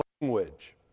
language